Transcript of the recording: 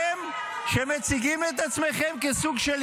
מציגים את עצמכם כסיעת